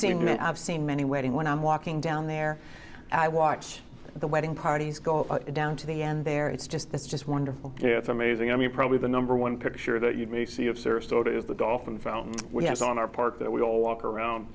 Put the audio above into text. seen i've seen many wedding when i'm walking down there i watched the wedding parties go down to the end there it's just it's just wonderful it's amazing i mean probably the number one picture that you may see of sarasota is the dolphin fountain which is on our part that we all walk around